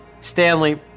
Stanley